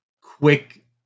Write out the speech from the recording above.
quick